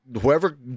whoever